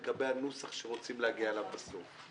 לגבי הנוסח שרוצים להגיע אליו בסוף.